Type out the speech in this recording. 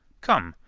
come,